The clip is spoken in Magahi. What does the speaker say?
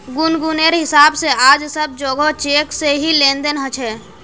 गुनगुनेर हिसाब से आज सब जोगोह चेक से ही लेन देन ह छे